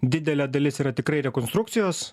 didelė dalis yra tikrai rekonstrukcijos